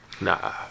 Nah